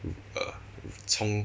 mm mm 冲